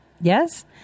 Yes